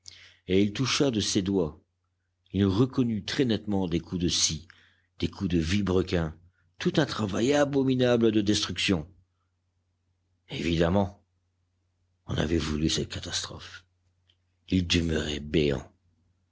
et il toucha de ses doigts il reconnut très nettement des coups de scie des coups de vilebrequin tout un travail abominable de destruction évidemment on avait voulu cette catastrophe il demeurait béant